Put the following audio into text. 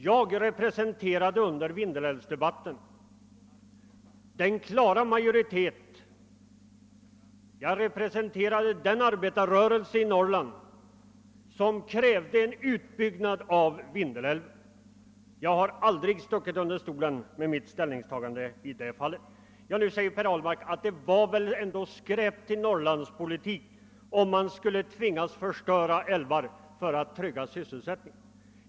Jag representerade under Vindelälvsdebatten den klara majoriteten i norr och arbetarrörelsen i Västerbotten som krävde en utbyggnad, och jag har aldrig stuckit under stolen med mitt ställningstagande i detta fall. Per Ahlmark sade att det väl ändå är skräp till Norrlandspolitik, om man skall tvingas förstöra älvar för att trygga sysselsättningen.